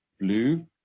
blue